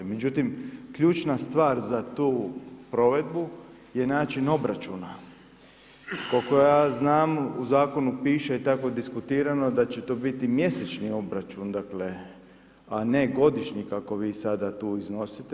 Međutim, ključna stvar za tu provedbu je način obračuna, kolko ja znam u zakonu piše i tako diskutirano da će to biti mjesečni obračun dakle, a ne godišnji kako vi sada tu iznosite.